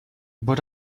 but